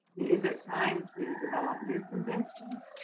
is it time to develop new conventions?